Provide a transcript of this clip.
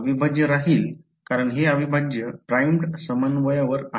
अविभाज्य राहील कारण हे अविभाज्य primed समन्वयवर आहे